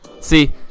See